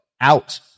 out